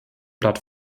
blatt